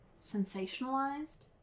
sensationalized